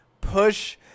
push